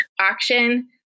auction